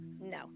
No